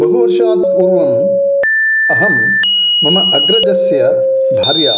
बहु वर्षात् पूर्वं अहं मम अग्रजस्य भार्या